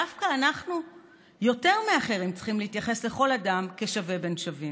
דווקא אנחנו יותר מאחרים צריכים להתייחס לכל אדם כשווה בין שווים.